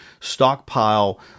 stockpile